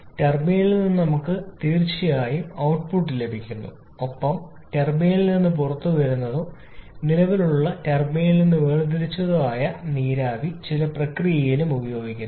ടർബൈനിൽ നിന്നും നമുക്ക് തീർച്ചയായും ഔട്ട്പുട്ട് ലഭിക്കുന്നു ഒപ്പം ടർബൈനിൽ നിന്ന് പുറത്തുവരുന്നതോ നിലവിലുള്ള ടർബൈനിൽ നിന്ന് വേർതിരിച്ചെടുത്തതോ ആയ നീരാവി ചില പ്രക്രിയയിലും ഉപയോഗിക്കുന്നു